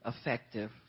effective